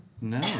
No